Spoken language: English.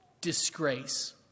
disgrace